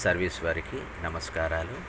service వారికి నమస్కారాలు